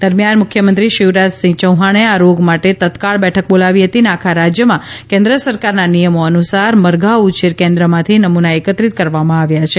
દરમિયાન મુખ્યમંત્રી શિવરાજસિંહ ચૌહાણે આ રોગ માટે તત્કાળ બેઠક બોલાવી હતી અને આખા રાજ્યમાં કેન્દ્ર સરકારના નિથમો અનુસાર મરધા ઉછેર કેન્દ્રમાંથી નમૂના એકત્રીત કરવામાં આવ્યા છે